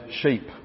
sheep